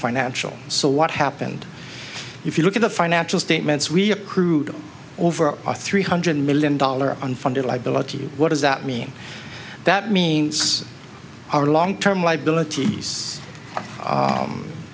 financial so what happened if you look at the financial statements we accrued over a three hundred million dollar unfunded liabilities what does that mean that means our long term liabilit